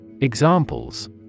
Examples